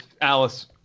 Alice